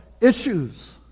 issues